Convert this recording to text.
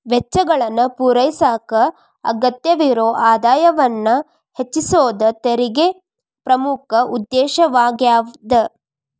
ವೆಚ್ಚಗಳನ್ನ ಪೂರೈಸಕ ಅಗತ್ಯವಿರೊ ಆದಾಯವನ್ನ ಹೆಚ್ಚಿಸೋದ ತೆರಿಗೆ ಪ್ರಮುಖ ಉದ್ದೇಶವಾಗ್ಯಾದ